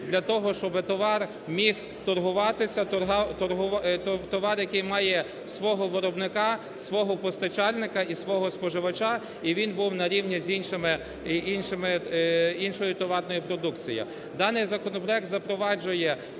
для того, щоб товар міг торгуватися. Товар, який має свого виробника, свого постачальника і свого споживача. І він був на рівні з іншими, іншою товарною продукцією.